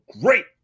great